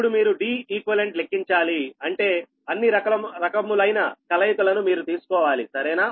ఇప్పుడు మీరు Deq లెక్కించాలి అంటే అన్ని రకములైన కలయికలను మీరు తీసుకోవాలి సరేనా